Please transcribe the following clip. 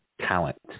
talent